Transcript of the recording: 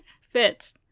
fits